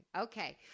Okay